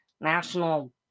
National